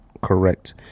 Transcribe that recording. Correct